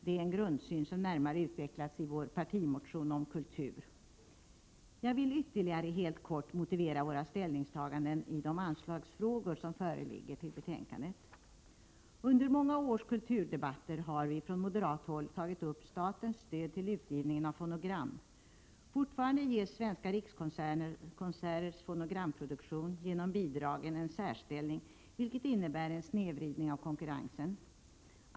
Det är en grundsyn som närmare utvecklas i vår partimotion om kultur. Jag vill ytterligare helt kort motivera våra ställningstaganden i anslagsfrågorna i föreliggande betänkande. Under många års kulturdebatter har vi från moderat håll tagit upp statens stöd till utgivningen av fonogram. Fortfarande ges Svenska rikskonserters fonogramproduktion genom bidragen en särställning, vilket innebär en snedvridning av konkurrensen.